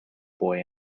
boy